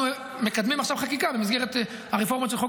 אנחנו מקדמים עכשיו חקיקה במסגרת הרפורמות של חוק